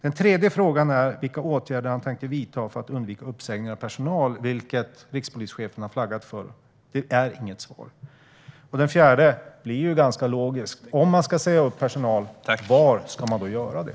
Den tredje är vilka åtgärder statsrådet tänker vidta för att undvika de uppsägningar av personal som rikspolischefen har flaggat för. Det kom inget svar. Den fjärde är ganska logisk: Om man ska säga upp personal, var ska man då göra det?